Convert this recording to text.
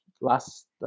last